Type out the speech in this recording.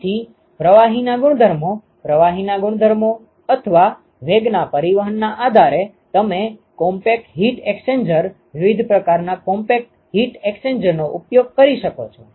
તેથી પ્રવાહીના ગુણધર્મો પ્રવાહના ગુણધર્મો અથવા વેગના પરિવહનના આધારે તમે કોમ્પેક્ટ હીટ એક્સ્ચેન્જર વિવિધ પ્રકારના કોમ્પેક્ટ હીટ એક્સ્ચેન્જરનો ઉપયોગ કરી શકો છો